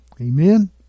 Amen